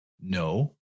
No